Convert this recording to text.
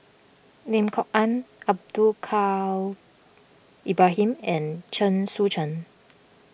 Lim Kok Ann Abdul Kadir Ibrahim and Chen Sucheng